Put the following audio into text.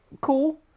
Cool